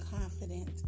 confident